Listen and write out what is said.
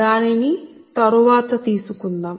దానిని తరువాత తీసుకుందాం